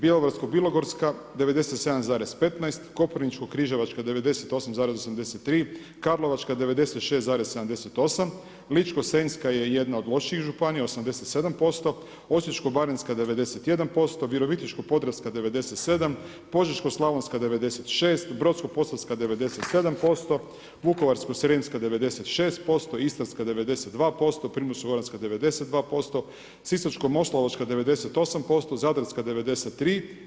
Bjelovarsko-bilogorska 97,15, Koprivničko-križevačka 98,83, Karlovačka 96,76, Ličko-senjska je jedna od lošijih županija 87%, Osječko-baranjska 91%, Virovitičko-podravska 97, Požeško-slavonska 96, Brodsko-posavska 97%, Vukovarsko-srijemska 96%, Istarska 92%, Primorsko-goranska 92%, Sisačko-moslavačka 98%, Zadarska 93.